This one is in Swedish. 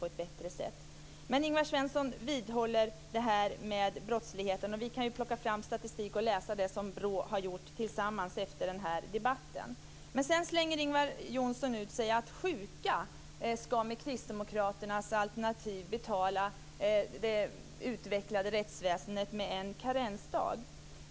Men Ingvar Johnsson vidhåller sin ståndpunkt när det gäller brottsligheten. Vi kan plocka fram statistik som BRÅ har sammanställt och läsa den tillsammans efter den här debatten. Sedan slänger Ingvar Johnsson ur sig att med kristdemokraternas alternativ ska sjuka betala det utvecklade rättsväsendet med en karensdag.